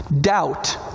Doubt